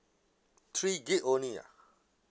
three gig only ah